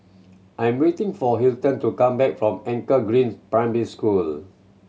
I'm waiting for Hilton to come back from Anchor Green Primary School